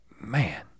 man